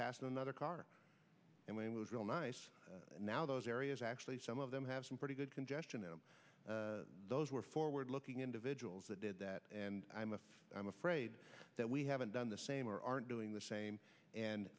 pass another car and when it was real nice now those areas actually some of them have some pretty good congestion in those were forward looking individuals that did that and i'm afraid i'm afraid that we haven't done the same or aren't doing the same and